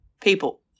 people